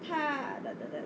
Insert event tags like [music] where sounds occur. [noise]